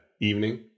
evening